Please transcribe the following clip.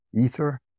ether